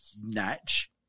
natch